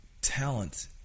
talent